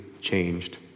changed